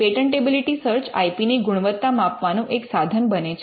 patentability search I P ની ગુણવત્તા માપવાનું એક સાધન બને છે